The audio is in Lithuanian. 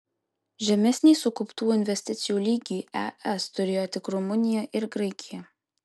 žemesnį sukauptų investicijų lygį es turėjo tik rumunija ir graikija